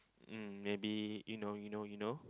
um maybe you know you know you know